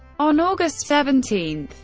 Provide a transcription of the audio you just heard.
on august seventeen,